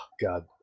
God